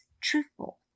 truthful